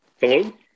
Hello